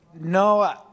No